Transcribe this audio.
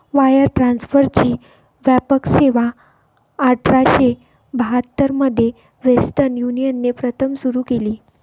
wire ट्रान्सफरची व्यापक सेवाआठराशे बहात्तर मध्ये वेस्टर्न युनियनने प्रथम सुरू केली